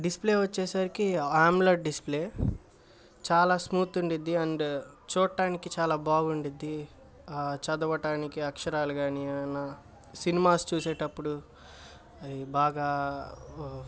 display వచ్చేసరికి AMOLED display చాలా smooth ఉండుద్ది అండ్ చూడటానికి చాలా బాగుండుద్ధి చదవటానికి అక్షరాలు కాని అయినా సినిమాస్ చూసేటప్పుడు బాగా